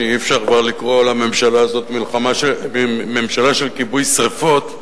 שאי-אפשר כבר לקרוא לממשלה הזאת "ממשלה של כיבוי שרפות".